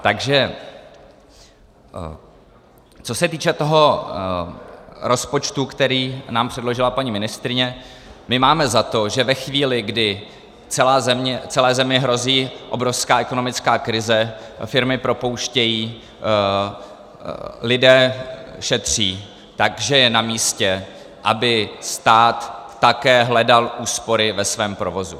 Takže co se týče toho rozpočtu, který nám předložila paní ministryně, my máme za to, že ve chvíli, kdy celé zemi hrozí obrovská ekonomická krize, firmy propouštějí, lidé šetří, tak že je namístě, aby stát také hledal úspory ve svém provozu.